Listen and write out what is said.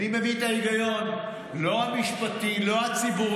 איני מבין את ההיגיון, לא המשפטי, לא הציבורי.